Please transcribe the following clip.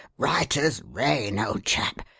right as rain, old chap.